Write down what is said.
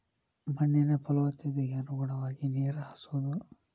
ಮಣ್ಣಿನ ಪಲವತ್ತತೆಗೆ ಅನುಗುಣವಾಗಿ ನೇರ ಹಾಸುದು